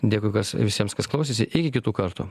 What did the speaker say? dėkui visiems kas klausėsi iki kitų kartų